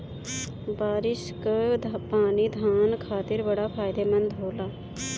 बारिस कअ पानी धान खातिर बड़ा फायदेमंद होला